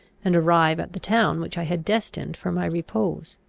and arrive at the town which i had destined for my repose.